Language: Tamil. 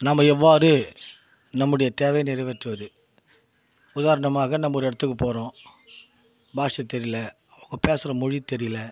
நம்ம எவ்வாறு நம்முடைய தேவையை நிறைவேற்றுவது உதாரணமாக நம்ம ஒரு இடத்துக்குப் போகிறோம் பாஷை தெரியல பேசுகிற மொழி தெரியலை